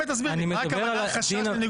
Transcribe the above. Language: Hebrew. אני רוצה התייחסות מקצועית שלה.